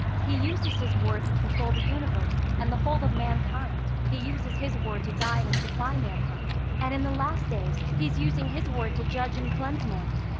he uses his word to control the universe and the whole of mankind. he uses his word to guide and supply mankind. and in the last days, he is using his word to judge and cleanse man.